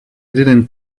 didn’t